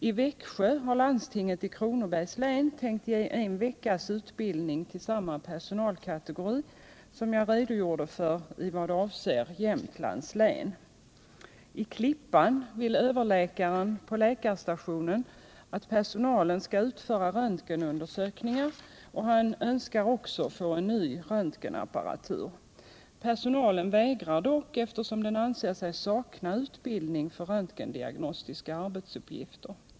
I Växjö har landstinget i Kronobergs län tänkt ge en veckas utbildning till samma personalkategori som jag redogjorde för i vad avser Jämtlands län. I Klippan vill överläkaren på läkarstationen att personalen skall utföra röntgenundersökningar och han önskar också få ny röntgenapparatur. Personalen vägrar dock, eftersom den anser sig sakna utbildning för röntgendiagnostiska arbetsuppgifter.